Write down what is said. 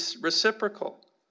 reciprocal